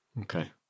okay